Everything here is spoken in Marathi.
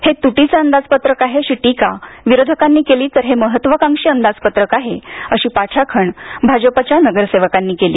हे तुटीचं अंदाजपत्रक आहे अशी टीका विरोधकांनी केली तर हे महत्त्वकांक्षी अंदाजपत्रक आहे अशी पाठराखण भाजपच्या नगरसेवकांनी केली